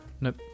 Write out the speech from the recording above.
Nope